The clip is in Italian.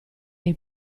nei